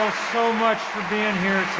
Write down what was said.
so much for being here